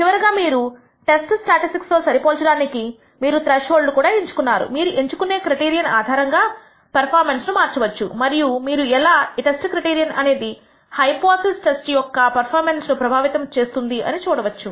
చివరిగా మీరు test statistic తో సరి పోల్చడానికి మీరు త్రెష్హోల్డ్ కూడా ఎంచుకున్నారు మీరు ఎంచుకునే క్రైటీరియన్ ఆధారంగా గా పెర్ఫార్మెన్స్ మార్చవచ్చు మరియు మీరు ఎలా టెస్ట్ క్రైటీరియన్ అనేది హైపోథిసిస్ టెస్ట్ యొక్క పెర్ఫార్మెన్స్ ను ప్రభావితము చేస్తుంది అని చూడవచ్చు